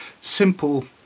simple